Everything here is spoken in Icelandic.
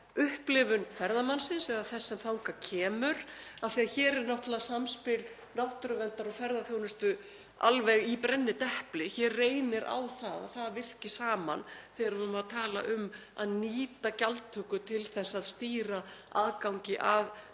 upplifun ferðamannsins eða þess sem þangað kemur af því að hér er náttúrlega samspil náttúruverndar og ferðaþjónustu alveg í brennidepli. Hér reynir á að það virki saman þegar við erum að tala um að nýta gjaldtöku til að stýra aðgangi að